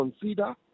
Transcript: consider